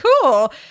cool